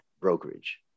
brokerage